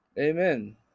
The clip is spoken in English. Amen